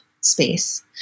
space